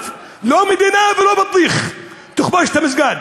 לא מדינה ולא בטיח תכבוש את המסגד.